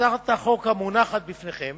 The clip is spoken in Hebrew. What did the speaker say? הצעת החוק המונחת בפניכם